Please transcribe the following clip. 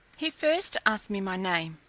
he first asked me my name,